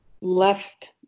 left